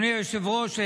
היושב-ראש,